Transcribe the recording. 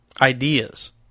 ideas